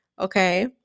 Okay